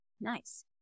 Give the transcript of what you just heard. Nice